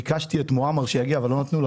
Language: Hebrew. ביקשתי את מועמר שיגיע או צביקה אבל לא נתנו לו,